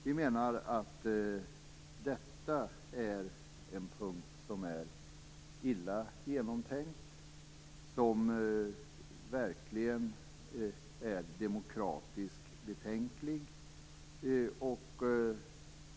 Vi menar att detta är en punkt som är illa genomtänkt och som verkligen är demokratiskt betänklig.